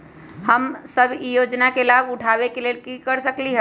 हम सब ई योजना के लाभ उठावे के लेल की कर सकलि ह?